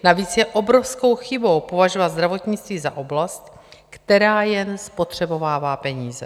Navíc je obrovskou chybou považovat zdravotnictví za oblast, která jen spotřebovává peníze.